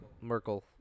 Merkel